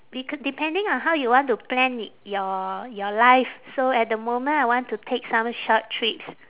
beca~ depending on how you want to plan your your life so at the moment I want to take some short trips